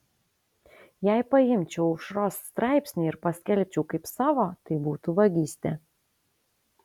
jei paimčiau aušros straipsnį ir paskelbčiau kaip savo tai būtų vagystė